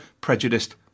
prejudiced